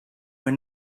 were